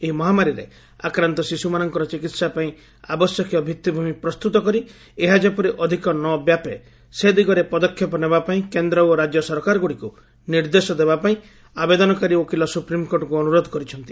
ଏହି ମହାମାରୀରେ ଆକ୍ରାନ୍ତ ଶିଶୁମାନଙ୍କର ଚିକିତ୍ସା ପାଇଁ ଆବାଶ୍ୟକୀୟ ଭିଭି଼ମି ପ୍ରସ୍ତୁତ କରି ଏହା ଯେପରି ଅଧିକ ନ ବ୍ୟାପେ ସେ ଦିଗରେ ପଦକ୍ଷେପ ନେବା ପାଇଁ କେନ୍ଦ୍ର ଓ ରାଜ୍ୟ ସରକାରଗୁଡ଼ିକୁ ନିର୍ଦ୍ଦେଶ ଦେବା ପାଇଁ ଆବେଦନକାରୀ ଓକିଲ ସୁପ୍ରିମ୍କୋର୍ଟକୁ ଅନୁରୋଧ କରିଛନ୍ତି